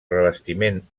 revestiment